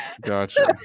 Gotcha